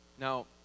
Now